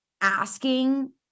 asking